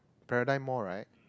Paradigm-Mall right